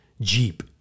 Jeep